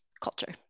culture